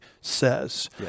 says